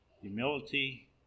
humility